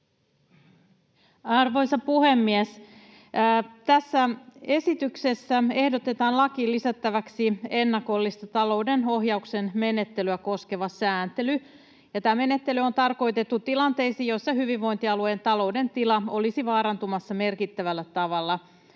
Arvoisa puhemies! Tässä esityksessä ehdotetaan lakiin lisättäväksi ennakollista talouden ohjauksen menettelyä koskeva sääntely, ja tämä menettely on tarkoitettu tilanteisiin, joissa hyvinvointialueen talouden tila olisi vaarantumassa merkittävällä tavalla.